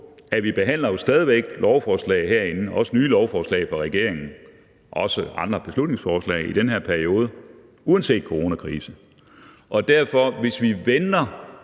væk behandler lovforslag herinde – også nye lovforslag fra regeringen og også beslutningsforslag – i den her periode uanset coronakrise. Hvis regeringen venter